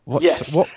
Yes